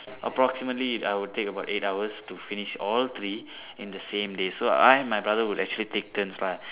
approximately I would take about eight hours to finish all three in the same day so I and my brother will actually take turns lah